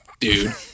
dude